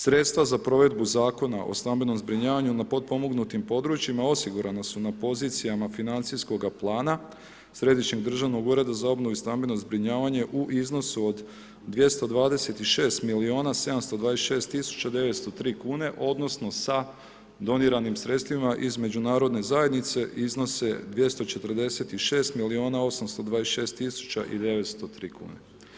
Sredstva za provedbu zakona o stambenom zbrinjavanju na potpomognutim područjima osigurana su na pozicijama financijskog plana Središnjeg državnog ureda za obnovu i stambeno zbrinjavanje u iznosu od 226 milijuna 726 tisuća 903 kune, odnosno sa doniranim sredstvima iz međunarodne zajednice iznose 246 milijuna 826 tisuća i 903 kune.